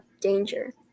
danger